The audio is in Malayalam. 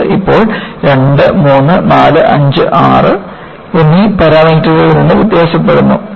ഇത് ഇപ്പോൾ 2 3 4 5 6 എന്നീ പരാമീറ്ററുകളിൽ നിന്ന് വ്യത്യാസപ്പെടുന്നു